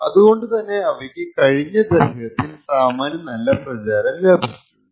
അതുകൊണ്ട് തന്നെ അവയ്ക്ക് കഴിഞ്ഞ ദശകത്തിൽ സാമാന്യം നല്ല പ്രചാരം ലഭിച്ചിട്ടുണ്ട്